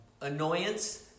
annoyance